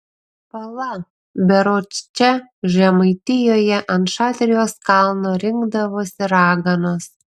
pala berods čia žemaitijoje ant šatrijos kalno rinkdavosi raganos